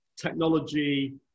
technology